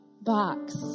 box